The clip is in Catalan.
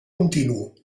continu